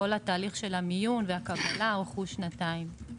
כל התהליך של המיון והקבלה ארכו שנתיים.